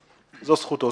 זו זכותו.